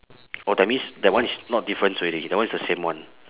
orh that means that one is not difference already that one is the same one